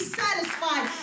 satisfied